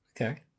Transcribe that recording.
Okay